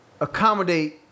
accommodate